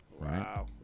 Wow